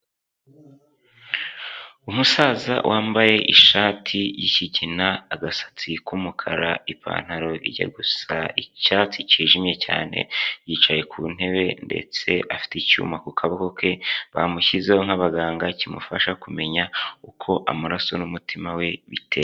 Umusaza wambaye ishati y'ikigina, agasatsi k'umukara, ipantaro ijya gusa icyatsi cyijimye cyane, yicaye ku ntebe ndetse afite icyuma ku kaboko ke bamushyizeho nk'abaganga kimufasha kumenya uko amaraso n'umutima we bitera.